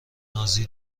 نازی